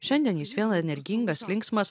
šiandien jis vėl energingas linksmas